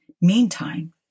Meantime